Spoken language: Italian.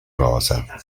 rosa